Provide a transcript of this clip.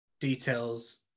details